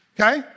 Okay